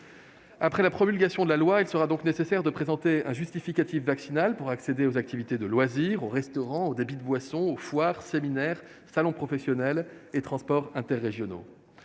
Après la promulgation de la loi, il sera donc nécessaire de présenter un justificatif vaccinal pour accéder aux activités de loisirs, aux restaurants, aux débits de boissons, aux foires, aux séminaires, aux salons professionnels et aux transports interrégionaux.